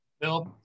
bill